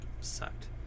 sucked